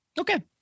Okay